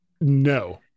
no